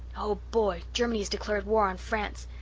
oh, boy, germany has declared war on france.